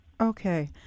Okay